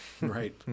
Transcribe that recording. Right